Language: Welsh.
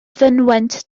fynwent